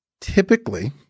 typically